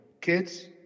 Kids